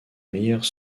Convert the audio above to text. meilleures